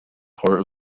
part